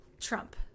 Trump